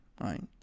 right